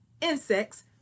Insects